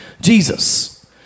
Jesus